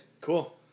Cool